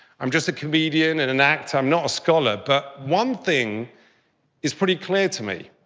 i'm just a comedian and an actor, i'm not a scholar but one thing is pretty clear to me.